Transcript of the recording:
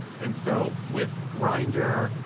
and so with grinder,